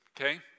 okay